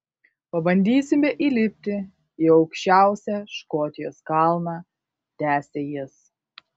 pabandysime įlipti į aukščiausią škotijos kalną tęsė jis